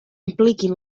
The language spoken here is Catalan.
impliquin